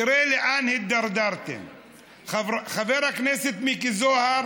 תראה לאן הידרדרתם: חבר הכנסת מיקי זוהר